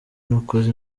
nakoze